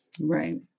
Right